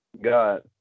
got